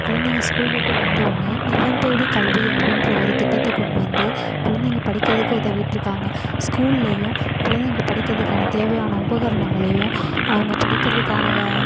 குழந்தைங்க ஸ்கூல் விட்டு வந்தஉடனே இல்லம் தேடி கல்வி அப்படின்ற ஒரு திட்டத்தை கொண்டு வந்து குழந்தைங்க படிக்கிறதுக்கு உதவிட்டு இருக்காங்க ஸ்கூல்லையும் குழந்தைங்க படிக்கிறதுக்கான தேவையான உபகரணங்களையும் அவங்க படிக்கிறதுக்கான